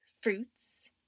fruits